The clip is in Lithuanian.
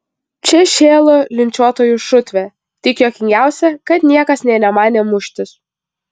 čia šėlo linčiuotojų šutvė tik juokingiausia kad niekas nė nemanė muštis